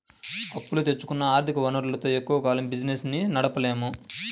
అప్పు తెచ్చుకున్న ఆర్ధిక వనరులతో ఎక్కువ కాలం బిజినెస్ ని నడపలేము